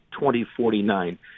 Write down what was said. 2049